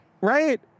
Right